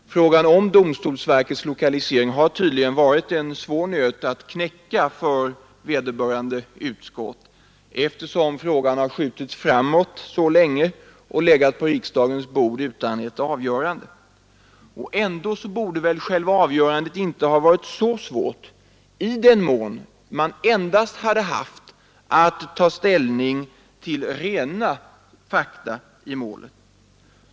Frågan om domstolsverkets lokalisering har tydligen varit en svår nöt att knäcka för vederbörande utskott, eftersom frågan har skjutits framåt så länge och legat på riksdagens bord utan ett avgörande. Och ändå borde väl själva avgörandet inte ha varit så svårt, i den mån man endast hade haft att ta ställning till rena fakta i målet.